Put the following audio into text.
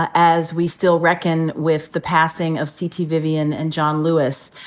as we still reckon with the passing of c. t. vivian and john lewis,